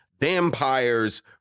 Vampire's